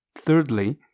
thirdly